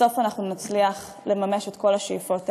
בסוף אנחנו נצליח לממש את כל השאיפות האלה,